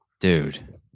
dude